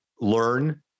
learn